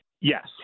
Yes